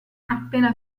appena